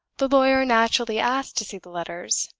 the lawyer naturally asked to see the letters.